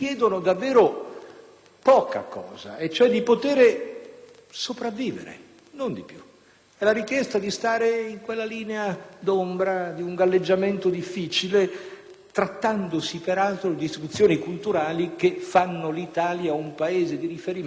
poca cosa, e cioè di poter sopravvivere, non di più. È la richiesta di stare nella linea d'ombra di un galleggiamento difficile, trattandosi peraltro di istituzioni culturali che fanno dell'Italia un Paese di riferimento nel mondo.